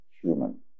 human